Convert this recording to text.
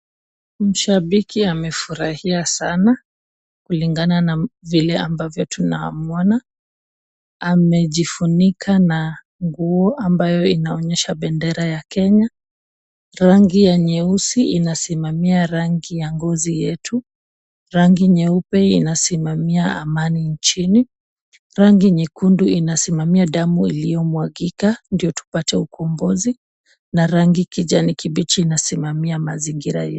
Mshabiki amefurahia sana kulingana na vile ambavyo tunamwona. Amejifunika na nguo ambayo inaonyesha bendera ya Kenya. Rangi ya nyeusi inasimamia rangi ya ngozi yetu, rangi nyeupe inasimamia amani nchini, rangi nyekundu inasimamia damu iliyo mwagika ndio tupate ukombozi na rangi kijani kibichi inasimamia mazingira yetu.